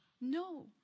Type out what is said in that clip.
No